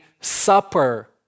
supper